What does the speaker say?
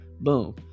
Boom